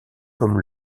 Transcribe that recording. comme